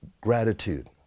gratitude